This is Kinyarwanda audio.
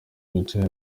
wicaye